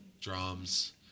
drums